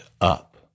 up